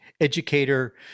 educator